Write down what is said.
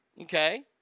Okay